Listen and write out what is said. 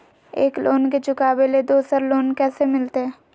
एक लोन के चुकाबे ले दोसर लोन कैसे मिलते?